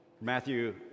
Matthew